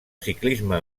ciclisme